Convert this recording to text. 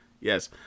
Yes